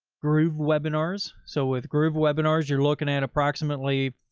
groove webinars. so with groove webinars, you're looking at approximately.